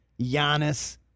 Giannis